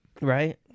Right